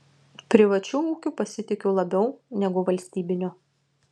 privačiu ūkiu pasitikiu labiau negu valstybiniu